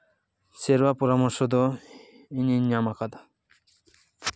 ᱥᱮᱨᱟ ᱯᱚᱨᱟᱢᱚᱨᱥᱚ ᱫᱚ ᱤᱧᱤᱧ ᱧᱟᱢ ᱟᱠᱟᱫᱟ